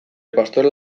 pastoral